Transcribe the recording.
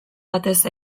batez